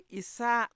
isa